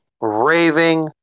raving